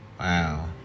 Wow